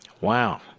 Wow